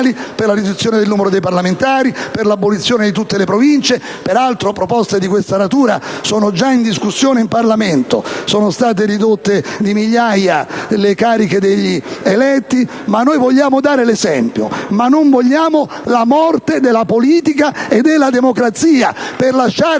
per la riduzione del numero dei parlamentari, per l'abolizione di tutte le Province (ricordo, peraltro, che proposte di questa natura sono già in discussione al Parlamento). Sono state poi ridotte di migliaia di unità le cariche degli eletti. Noi vogliamo dare l'esempio, ma non vogliamo la morte della politica e della democrazia per lasciare